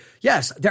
yes